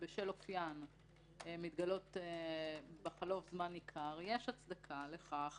בשל אופיין מתגלות בחלוף זמן ניכר יש הצדקה לכך